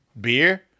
beer